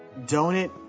donut